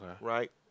Right